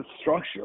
structure